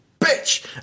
bitch